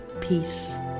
peace